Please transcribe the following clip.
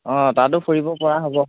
অঁ তাতো ফুৰিব পৰা হ'ব